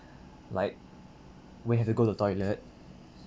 like when he've to go to toilet